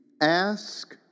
ask